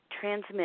transmit